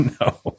No